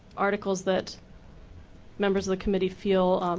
articles that members of the committee feel